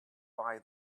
buy